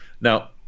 Now